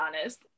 honest